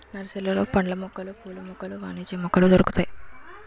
నర్సరీలలో పండ్ల మొక్కలు పూల మొక్కలు వాణిజ్య మొక్కలు దొరుకుతాయి